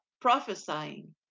prophesying